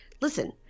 listen